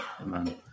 Amen